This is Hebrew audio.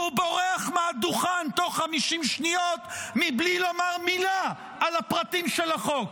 והוא בורח מהדוכן תוך 50 שניות מבלי לומר מילה על הפרטים של החוק?